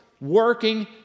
working